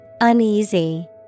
Uneasy